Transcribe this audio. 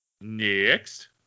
Next